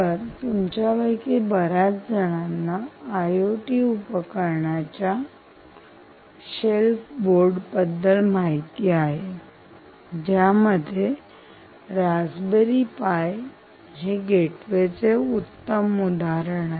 तर तुमच्यापैकी बऱ्याच जणांना आय ओ टी उपकरणाच्या शेल्फ बोर्ड बद्दल माहित आहे ज्यामध्ये आहे रासबेरी पाय हे गेटवे चे उत्तम उदाहरण आहे